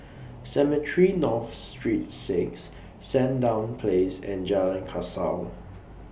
Cemetry North Sreet six Sandown Place and Jalan Kasau